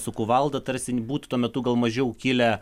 su kuvalda tarsi būtų tuo metu gal mažiau kilę